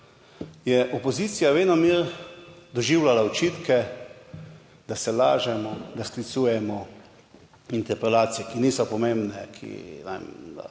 je opozicija venomer doživljala očitke, da se lažemo, da sklicujemo interpelacije, ki niso pomembne, ki, ne vem, po